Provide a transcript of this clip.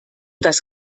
das